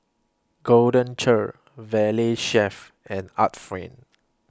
Golden Churn Valley Chef and Art Friend